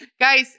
Guys